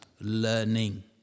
learning